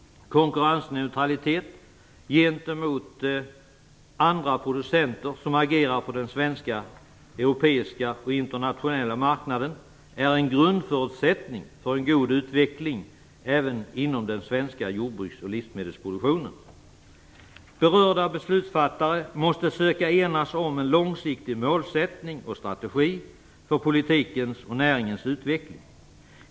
Konkurrensneutralitet gentemot andra producenter som agerar på den svenska, den europeiska och den internationella marknaden är en grundförutsättning för en god utveckling även inom den svenska jordbruksoch livsmedelsproduktionen. Berörda beslutsfattare måste försöka enas om en långsiktig målsättning och strategi för politikens och näringens utveckling.